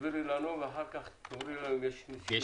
תסבירי לנו ואחר כך תאמרי לנו אם יש תיקונים.